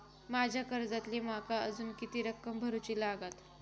माझ्या कर्जातली माका अजून किती रक्कम भरुची लागात?